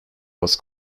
was